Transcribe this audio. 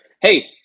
Hey